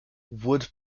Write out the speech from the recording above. wood